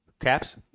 Caps